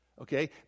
okay